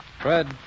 Fred